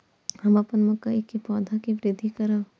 हम अपन मकई के पौधा के वृद्धि करब?